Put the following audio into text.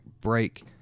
break